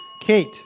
Kate